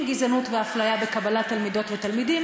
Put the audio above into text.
גזענות ואפליה בקבלת תלמידות ותלמידים,